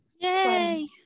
Yay